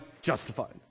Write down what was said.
justified